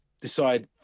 decide